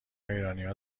ایرانیها